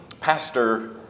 pastor